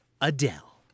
Adele